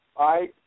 right